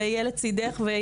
ואהיה לצידך.